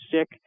sick